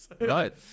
Right